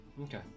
Okay